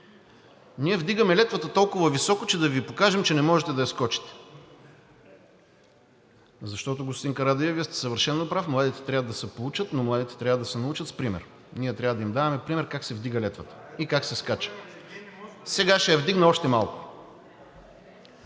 Ние вдигаме летвата толкова високо, че да Ви покажем, че не можете да я скочите. Защото, господин Карадайъ, Вие сте съвършено прав – младите трябва да се поучат, но младите трябва да се научат с пример и ние трябва да им даваме пример как се вдига летвата и как се скача. Сега ще я вдигна още малко.